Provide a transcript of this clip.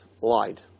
lied